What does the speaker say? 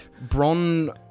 Bron